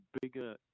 bigger